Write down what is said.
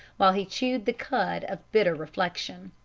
while he chewed the cud of bitter reflection.